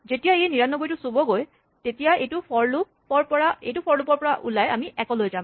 যেতিয়া ই ৯৯ চুবগৈ তেতিয়া এইটো ফৰ লুপ ৰ পৰা ওলাই আমি এক লৈ যাম